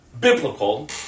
biblical